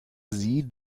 sie